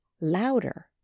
louder